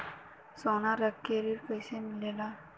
सोना रख के ऋण कैसे मिलेला?